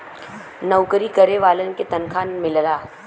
नऊकरी करे वालन के तनखा मिलला